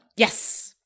Yes